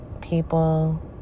people